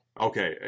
Okay